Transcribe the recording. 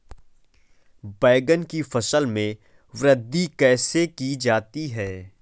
बैंगन की फसल में वृद्धि कैसे की जाती है?